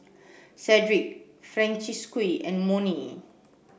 Sedrick Francisqui and Monnie